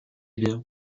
bien